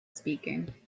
speaking